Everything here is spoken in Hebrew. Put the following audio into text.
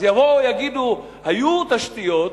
אז יבואו ויגידו: היו תשתיות,